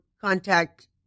contact